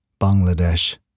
Bangladesh